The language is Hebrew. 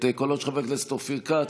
את קולם של חבר הכנסת אופיר כץ,